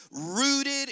rooted